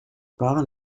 part